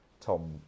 Tom